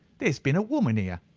there's been a woman here,